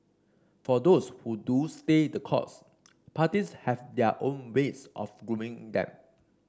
for those who do stay the course parties have their own ways of grooming them